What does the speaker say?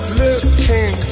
looking